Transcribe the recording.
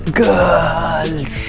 girls